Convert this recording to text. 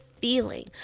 feeling